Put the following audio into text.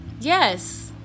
yes